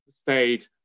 stayed